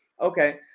Okay